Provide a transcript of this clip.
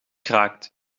kraakt